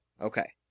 Okay